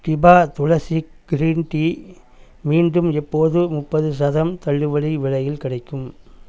டிபா Tulsi green tea மீண்டும் எப்போது முப்பது சதம் தள்ளுபடி விலையில் கிடைக்கும்